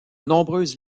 nombreuses